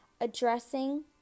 addressing